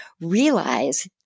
realize